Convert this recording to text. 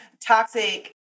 toxic